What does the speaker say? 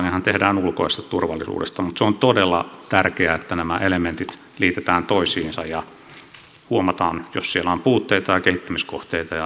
samanlainenhan tehdään ulkoisesta turvallisuudesta mutta se on todella tärkeää että nämä elementit liitetään toisiinsa ja huomataan jos siellä on puutteita ja kehittämiskohteita ja monia muita asioita